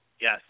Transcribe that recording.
Yes